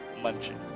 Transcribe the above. munching